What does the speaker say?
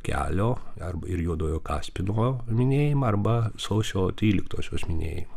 kelio arba ir juodojo kaspino minėjimą arba sausio tryliktosios minėjimą